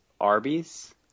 Arby's